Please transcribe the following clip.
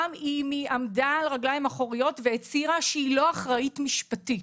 גם אם היא עמדה על הרגליים האחוריות והצהירה שהיא לא אחראית משפטית.